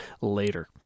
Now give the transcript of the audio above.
later